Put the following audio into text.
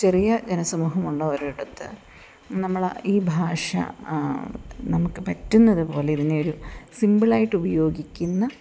ചെറിയ ജനസമൂഹമുള്ള ഒരടുത്ത് നമ്മൾ ഈ ഭാഷ നമുക്ക് പറ്റുന്നത് പോലെ ഇതിനെ ഒരു സിമ്പിളായിട്ട് ഉപയോഗിക്കുന്ന